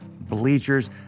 Bleachers